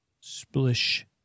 Splish